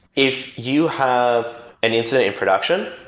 if you have an incident in production,